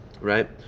right